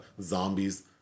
zombies